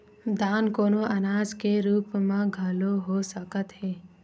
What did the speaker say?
दान कोनो अनाज के रुप म घलो हो सकत हे